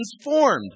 transformed